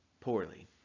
poorly